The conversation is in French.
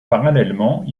parallèlement